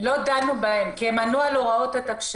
לא דנו בהם, כי הם ענו על הוראות התקש"ח.